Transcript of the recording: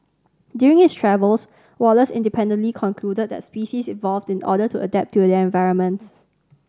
during his travels Wallace independently concluded that species evolve in order to adapt to their environments